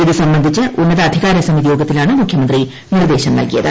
ഇതു സംബന്ധിച്ച് ഉന്നതാധികാര സമിതി യോഗത്തിലാണ് മുഖ്യമന്ത്രി നിർദ്ദേശം നൽകിയത്